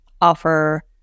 offer